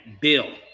Bill